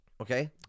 Okay